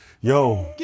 Yo